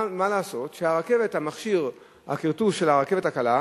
מה לעשות שהכרטוס של הרכבת הקלה,